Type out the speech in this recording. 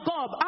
God